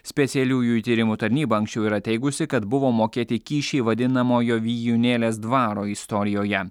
specialiųjų tyrimų tarnyba anksčiau yra teigusi kad buvo mokėti kyšiai vadinamojo vijūnėlės dvaro istorijoje